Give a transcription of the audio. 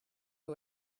who